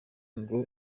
ngo